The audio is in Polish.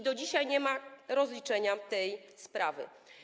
Do dzisiaj nie ma rozliczenia tej sprawy.